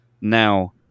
now